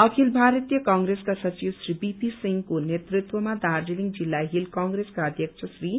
अखिल भारतीय कंप्रेसका सचिव त्री बीपी सिंहको नेतृत्वमा दार्जीलिङ जिल्ला हील कंप्रेसका अध्यक्ष श्री